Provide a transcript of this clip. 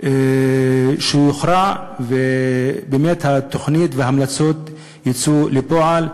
שהוא יוכרע והתוכנית וההמלצות באמת יצאו לפועל.